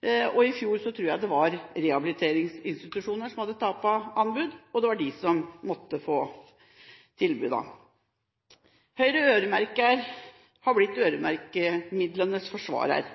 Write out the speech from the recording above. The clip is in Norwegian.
I fjor tror jeg det var rehabiliteringsinstitusjoner som hadde tapt anbud, og det var de som måtte få tilbudene. Høyre har blitt «øremerkemidlenes» forsvarer.